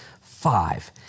five